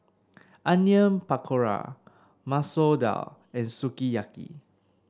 Onion Pakora Masoor Dal and Sukiyaki